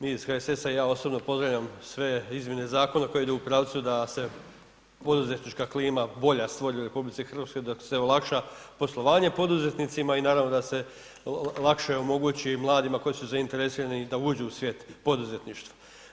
Mi iz HSS-a, ja osobno pozdravljam sve izmjene zakona koje idu u pravcu da se poduzetnička klima, bolja stvori u RH, da se olakša poslovanje poduzetnicima i naravno, da se lakše omogući mladima koji su zainteresirani da uđu u svijet poduzetništva.